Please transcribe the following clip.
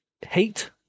hate